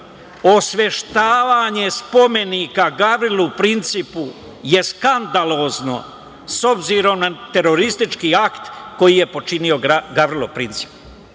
„Osveštavanje spomenika Gavrilu Principu je skandalozno, s obzirom na teroristički akt koji je počinio Gavrilo Princip“,